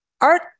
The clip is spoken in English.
art